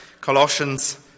Colossians